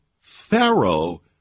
Pharaoh